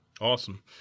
Awesome